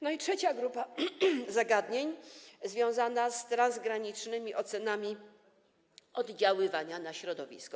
No i trzecia grupa zagadnień, związana z transgranicznymi ocenami oddziaływania na środowisko.